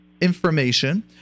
information